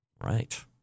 Right